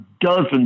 dozens